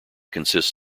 consists